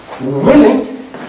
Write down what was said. willing